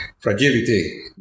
Fragility